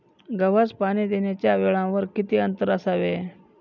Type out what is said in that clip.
गव्हास पाणी देण्याच्या वेळांमध्ये किती अंतर असावे?